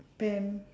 pen